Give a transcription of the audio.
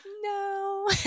No